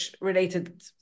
related